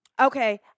Okay